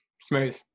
smooth